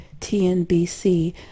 TNBC